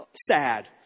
sad